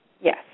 Yes